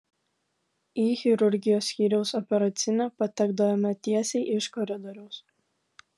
į chirurgijos skyriaus operacinę patekdavome tiesiai iš koridoriaus